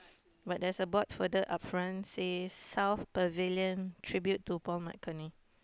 but there's a board further up front says South Pavilion Tribute to Paul-McCartney